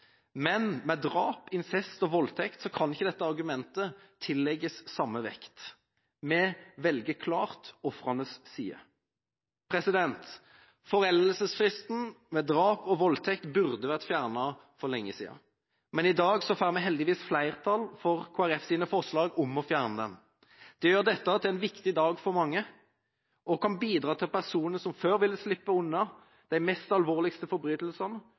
men ved drap, incest og voldtekt kan dette argumentet ikke tillegges samme vekt. Vi velger klart ofrenes side. Foreldelsesfristen ved drap og voldtekt burde vært fjernet for lenge siden, men i dag får vi heldigvis flertall for Kristelig Folkepartis forslag om å fjerne den. Det gjør dette til en viktig dag for mange og kan bidra til at personer som før ville sluppet unna de mest alvorlige forbrytelsene,